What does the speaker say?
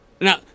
Now